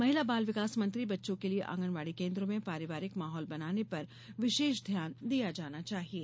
महिला बाल विकास मंत्री बच्चों के लिये आँगनवाड़ी केन्द्रों में पारिवारिक माहौल बनाने पर विशेष ध्यान दिया जाना चाहिये